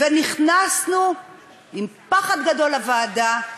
ונכנסנו עם פחד גדול לוועדה,